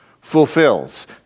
fulfills